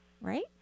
right